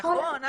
נכון,.